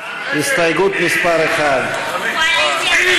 עבד אל חכים חאג' יחיא,